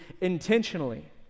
intentionally